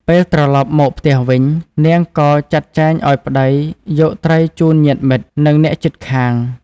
ពេលត្រឡប់មកផ្ទះវិញ នាងក៏ចាត់ចែងឱ្យប្តីយកត្រីជូនញាតិមិត្ត និងអ្នកជិតខាង។